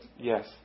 Yes